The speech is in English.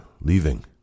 leaving